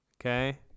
Okay